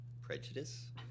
prejudice